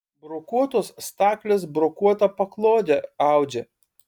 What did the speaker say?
brokuotos staklės brokuotą paklodę audžia